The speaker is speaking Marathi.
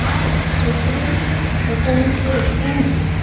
आठ एप्रिल एकोणीशे एक्याऐंशी